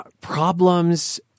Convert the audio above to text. problems